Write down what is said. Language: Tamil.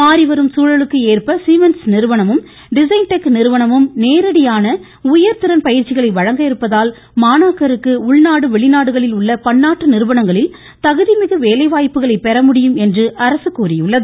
மாறிவரும் சூழலுக்கு ஏற்ப சீமன்ஸ் நிறுவனமும் டிசைன் டெக் நிறுவனமும் நேரடியான உயர் திறன் பயிற்சிகளை வழங்க இருப்பதால் மாணாக்கருக்கு உள்நாடு வெளிநாடுகளில் உள்ள பன்னாட்டு நிறுவனங்களில் தகுதிமிகு வேலைவாய்ப்புகளை பெற முடியும் என்று அரசு தெரிவித்துள்ளது